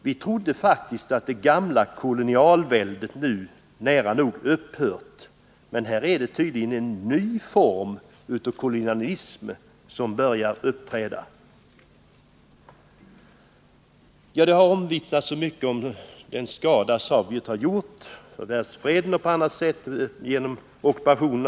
Vi trodde faktiskt att det gamla kolonialväldet nu nära nog upphört, men här börjar det tydligen uppträda en ny form av kolonialism. Många har omvittnat den skada som Sovjetunionens ockupation av Afghanistan har medfört med tanke på bl.a. världsfreden.